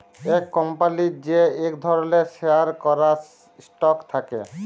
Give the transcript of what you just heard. ইক কম্পলির যে ইক ধরলের শেয়ার ক্যরা স্টক থাক্যে